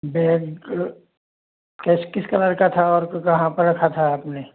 bag कैसे किस colour का था और कहाँ पर रखा था आपने